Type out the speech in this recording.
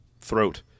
throat